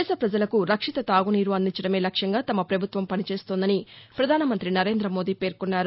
దేశ పజలకు రక్షిత తాగునీరు అందించడమే లక్ష్యంగా తమ పభుత్వం పనిచేస్తోందని పధాన మంతి సరేంద్ర మోదీ పేర్కొన్నారు